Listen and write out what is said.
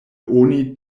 oni